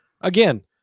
again